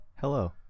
Hello